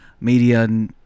media